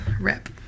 rip